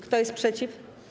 Kto jest przeciw?